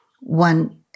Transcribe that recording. one